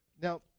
Now